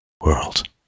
world